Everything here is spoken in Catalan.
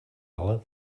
sala